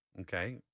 Okay